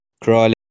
crawling